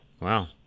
Wow